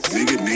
Nigga